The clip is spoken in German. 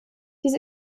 dies